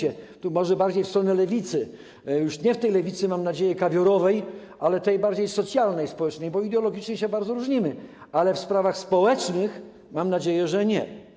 Może skieruję się bardziej w stronę Lewicy, już nie tej Lewicy - mam nadzieję - kawiorowej, ale tej bardziej socjalnej, społecznej, bo ideologicznie bardzo się różnimy, ale w sprawach społecznych, mam nadzieję, nie.